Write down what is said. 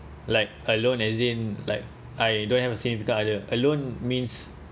like alone as in like I don't have a significant other alone means